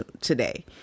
today